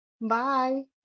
Bye